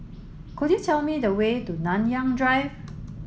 could you tell me the way to Nanyang Drive